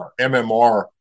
MMR